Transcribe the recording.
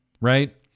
right